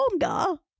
longer